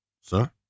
sir